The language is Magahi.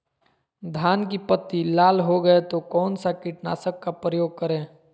धान की पत्ती लाल हो गए तो कौन सा कीटनाशक का प्रयोग करें?